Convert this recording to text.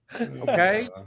Okay